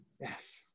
Yes